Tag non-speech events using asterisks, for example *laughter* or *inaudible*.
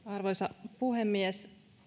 *unintelligible* arvoisa puhemies